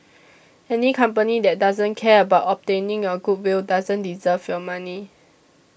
any company that doesn't care about obtaining your goodwill doesn't deserve your money